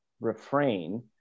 refrain